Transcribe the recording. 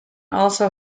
also